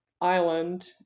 island